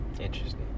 Interesting